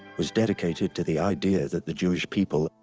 was dedicated to the idea that the jewish people,